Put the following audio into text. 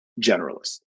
generalist